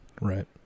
right